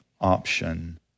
option